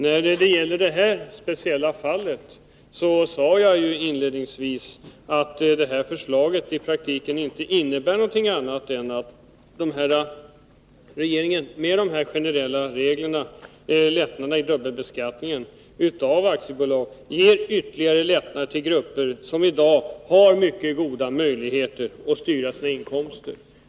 När det gäller det nu aktuella fallet sade jag inledningsvis att förslaget i praktiken inte innebär något annat än att regeringen med de generella lättnaderna i dubbelbeskattningen av aktiebolag ger ytterligare lättnader till grupper som i dag har mycket goda möjligheter att styra sina inkomster.